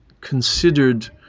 Considered